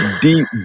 deep